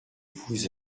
vous